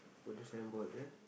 for signboard eh